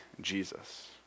Jesus